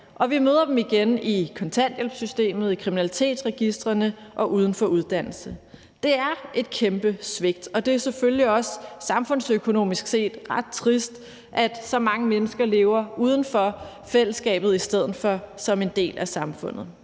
Vi møder dem igen i kontanthjælpssystemet, i kriminalitetsregistrene og uden for uddannelserne. Det er et kæmpe svigt, og det er selvfølgelig også samfundsøkonomisk set ret trist, at så mange mennesker lever uden for fællesskabet i stedet for som en del af samfundet.